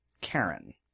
Karen